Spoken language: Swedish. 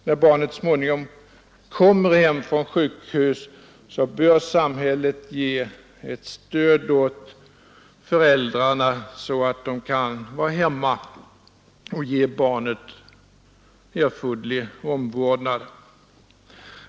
När barnet så småningom kommer hem från sjukhuset bör samhället lämna föräldrarna sådant stöd, att de kan vara hemma och ge barnet erforderlig omvårdnad.